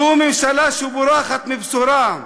זו ממשלה שבורחת מבשורה,